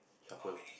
shuffle